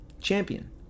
champion